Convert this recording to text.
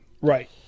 Right